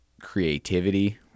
creativity